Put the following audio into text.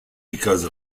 because